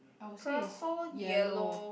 I would say is yellow